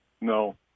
No